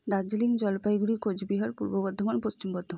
Darjeeling Jalpaiguri Coochbehar Purba Bardhaman Paschim Bardhaman